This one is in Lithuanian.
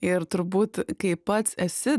ir turbūt kai pats esi